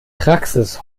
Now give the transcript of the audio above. praxis